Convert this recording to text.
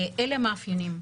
אלה המאפיינים.